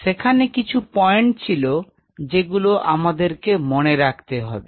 সেখানে কিছু পয়েন্ট ছিল যেগুলো আমাদের মনে রাখতে হবে